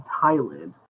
Thailand